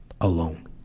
Alone